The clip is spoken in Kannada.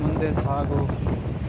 ಮುಂದೆ ಸಾಗು